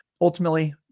Ultimately